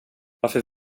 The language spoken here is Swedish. varför